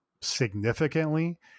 significantly